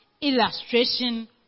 illustration